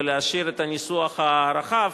ולהשאיר את הניסוח הרחב,